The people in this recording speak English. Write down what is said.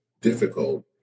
difficult